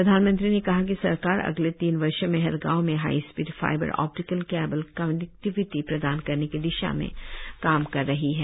प्रधानमंत्री ने कहा कि सरकार अगले तीन वर्षो में हर गांव में high speed fibre optic cable connectivity प्रदान करने की दिशा में काम कर रही है